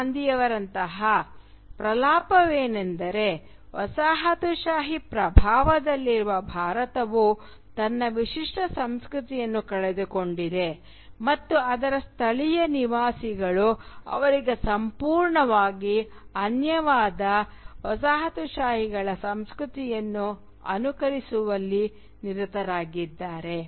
ಗಾಂದಿಯವರಂತಹವರ ಪ್ರಲಾಪವೆಂದರೆ ವಸಾಹತುಶಾಹಿ ಪ್ರಭಾವದಲ್ಲಿರುವ ಭಾರತವು ತನ್ನ ವಿಶಿಷ್ಟ ಸಂಸ್ಕೃತಿಯನ್ನು ಕಳೆದುಕೊಂಡಿದೆ ಮತ್ತು ಅದರ ಸ್ಥಳೀಯ ನಿವಾಸಿಗಳು ಅವರಿಗೆ ಸಂಪೂರ್ಣವಾಗಿ ಅನ್ಯವಾದ ವಸಾಹತುಶಾಹಿಗಳ ಸಂಸ್ಕೃತಿಯನ್ನು ಅನುಕರಿಸುವಲ್ಲಿ ನಿರತರಾಗಿದ್ದಾರೆ